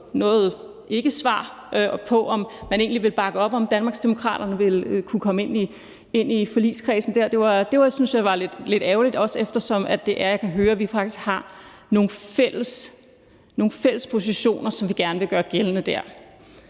spørgsmålet om, om man egentlig vil bakke op om, at Danmarksdemokraterne vil kunne komme ind i forligskredsen der. Det synes jeg var lidt ærgerligt, eftersom jeg kan høre, at vi faktisk har nogle fælles positioner, som vi gerne vil gøre gældende der.